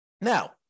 Now